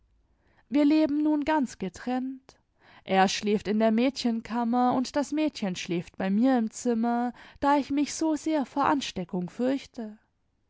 wir leben nun ganz getrennt er schläft in der mädchenkammer und das mädchen schläft bei mir im zimmer da ich mich so sehr vor ansteckung fürchte